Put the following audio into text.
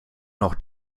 noch